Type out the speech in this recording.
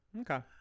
okay